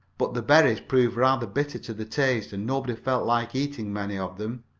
but the berries proved rather bitter to the taste and nobody felt like eating many of them.